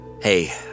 Hey